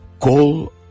Call